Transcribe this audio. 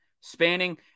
Spanning